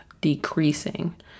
decreasing